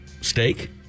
steak